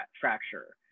fracture